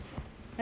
sebulan tak makan